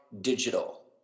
Digital